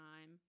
time